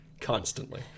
constantly